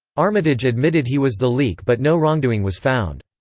armitage admitted he was the leak but no wrongdoing was found.